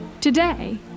Today